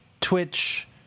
twitch